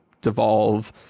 devolve